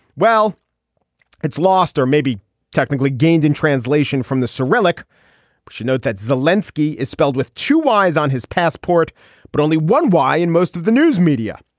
well it's lost or maybe technically gained in translation from the cyrillic. we should note that zelinsky is spelled with two y's on his passport but only one y in most of the news media.